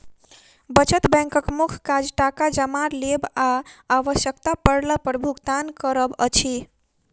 बचत बैंकक मुख्य काज टाका जमा लेब आ आवश्यता पड़ला पर भुगतान करब अछि